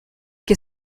che